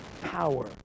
power